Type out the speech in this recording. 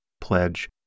pledge